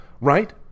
Right